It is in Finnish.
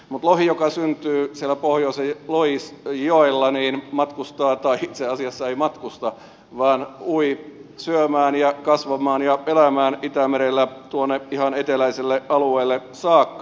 mutta lohi joka syntyy siellä pohjoisen lohijoella matkustaa tai itse asiassa ei matkusta vaan ui syömään ja kasvamaan ja elämään itämerellä tuonne ihan eteläiselle alueelle saakka